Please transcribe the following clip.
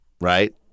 right